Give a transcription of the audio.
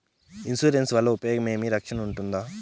Insurance వల్ల ఉపయోగం ఏమి? రక్షణ ఉంటుందా?